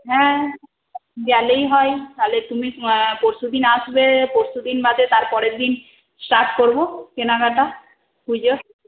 হ্যাঁ গেলেই হয় তাহলে তুমি পরশুদিন আসবে পরশুদিন বাদে তারপরের দিন স্টার্ট করব কেনাকাটা পুজোর